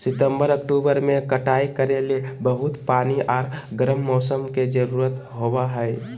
सितंबर, अक्टूबर में कटाई करे ले बहुत पानी आर गर्म मौसम के जरुरत होबय हइ